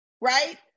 right